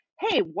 hey